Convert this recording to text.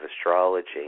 Astrology